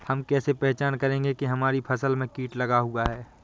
हम कैसे पहचान करेंगे की हमारी फसल में कीट लगा हुआ है?